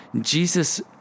Jesus